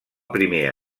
primer